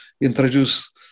introduce